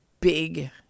big